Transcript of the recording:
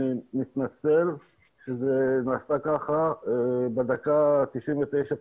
אני מתנצל שזה נעשה ככה בדקה ה-99.